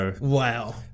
Wow